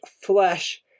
flesh